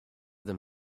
them